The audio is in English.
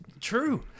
true